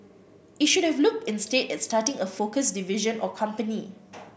it should have looked instead at starting a focused division or company